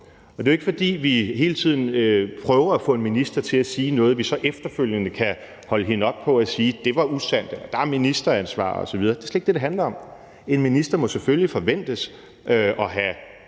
og det er jo ikke, fordi vi hele tiden prøver at få en minister til at sige noget, vi så efterfølgende kan holde hende op på og sige: Det var usandt, der er ministeransvar osv. Det er slet ikke det, det handler om. En minister må selvfølgelig forventes at have